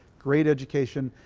great education.